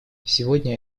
сегодня